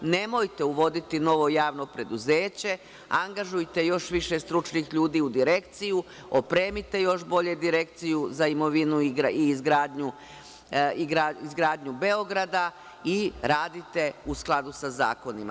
Nemojte uvoditi novo javno preduzeće, angažujte još više stručnih ljudi u Direkciju, opremite još bolje Direkciju za imovinu i izgradnju Beograda i radite u skladu sa zakonima.